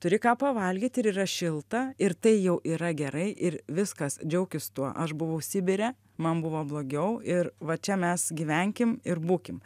turi ką pavalgyt ir yra šilta ir tai jau yra gerai ir viskas džiaukis tuo aš buvau sibire man buvo blogiau ir va čia mes gyvenkim ir būkim